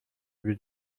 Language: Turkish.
bir